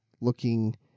looking